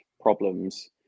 problems